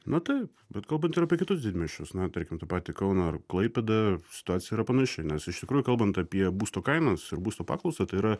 na taip bet kalbant ir apie kitus didmiesčius na tarkim tą patį kauną ar klaipėdą situacija yra panaši nes iš tikrųjų kalbant apie būsto kainas ir būsto paklausą tai yra